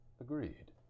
Agreed